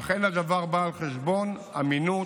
אך אין הדבר בא על חשבון אמינות